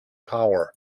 power